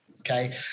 Okay